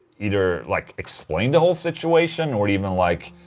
either like explain the whole situation or even like.